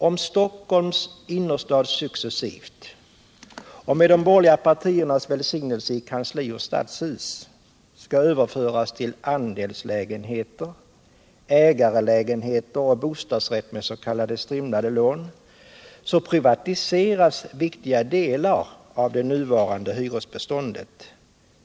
Om Stockholms innerstad successivt och med de borgerliga partiernas välsignelse i kanstihus och stadshus skall överföras till andelslägenheter, ägandelägenheter och bostadsrätter med s.k. strimlade lån, privatiseras viktiga delar av det nuvarande hyresbeståndet.